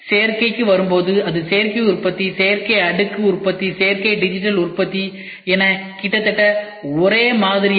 சேர்க்கைக்கு வரும்போது அது சேர்க்கை உற்பத்தி சேர்க்கை அடுக்கு உற்பத்தி சேர்க்கை டிஜிட்டல் உற்பத்தி என்பது கிட்டத்தட்ட ஒரே மாதிரியானது